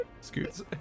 scoots